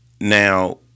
Now